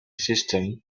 system